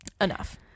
enough